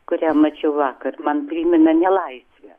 kurią mačiau vakar man priminė nelaisvę